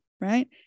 right